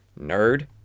Nerd